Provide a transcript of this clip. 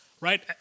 right